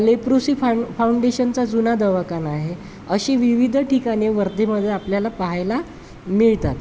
leprosy फाऊं फाऊंडेशनचा जुना दवाखाना आहे अशी विविध ठिकाणी वर्धेमध्ये आपल्याला पाहायला मिळतात